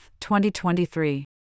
2023